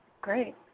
Great